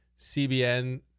CBN